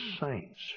saints